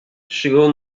chegou